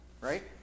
right